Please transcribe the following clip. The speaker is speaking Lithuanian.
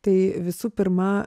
tai visų pirma